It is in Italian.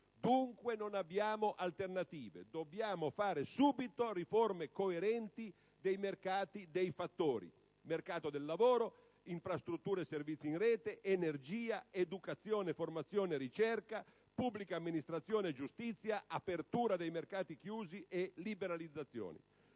fuoco! Non abbiamo dunque alternative. Dobbiamo fare subito riforme coerenti dei mercati dei fattori: mercato del lavoro, infrastrutture e servizi in rete, energia, educazione, formazione e ricerca, pubblica amministrazione e giustizia, apertura dei mercati chiusi e liberalizzazioni.